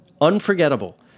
Unforgettable